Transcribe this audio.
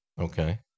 Okay